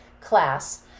class